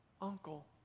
uncle